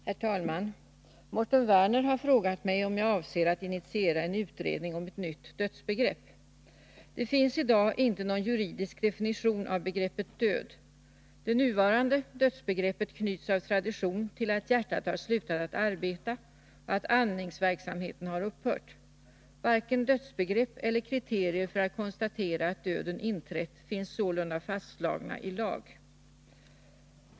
Herr talman! Mårten Werner har frågat mig om jag avser att initiera en utredning om nytt dödsbegrepp. Det finns i dag inte någon juridisk definition av begreppet död. Det nuvarande dödsbegreppet knyts av tradition till att hjärtat har slutat att arbeta och att andningsverksamheten har upphört. Varken dödsbegrepp eller kriterier för att konstatera att döden inträtt finns sålunda fastslagna i lag.